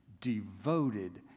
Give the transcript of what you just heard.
devoted